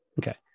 okay